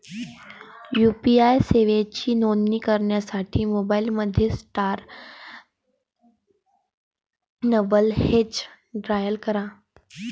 UPI सेवांची नोंदणी करण्यासाठी मोबाईलमध्ये स्टार नव्वद हॅच डायल करा